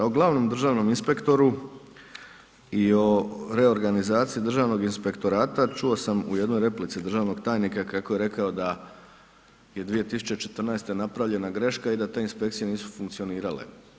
O glavnom državnom inspektoru i o reorganizaciji Državnog inspektorata, čuo sam u jednoj replici državnog tajnika kako je rekao da je 2014. napravljena greška i da te inspekcije nisu funkcionirale.